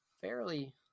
fairly